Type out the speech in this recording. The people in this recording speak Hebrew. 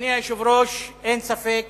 אדוני היושב-ראש, אין ספק